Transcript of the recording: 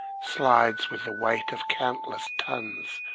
slides with the weight of countless tons,